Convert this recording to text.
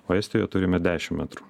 o estijoje turime dešim metrų